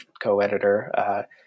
co-editor